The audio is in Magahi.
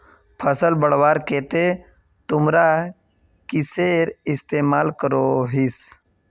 फसल बढ़वार केते तुमरा किसेर इस्तेमाल करोहिस?